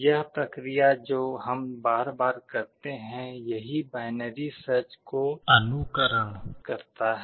यह प्रक्रिया जो हम बार बार करते हैं यही बाइनरी सर्च को अनुकरण करता है